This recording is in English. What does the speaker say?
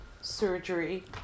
surgery